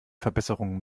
verbesserungen